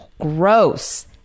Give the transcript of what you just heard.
gross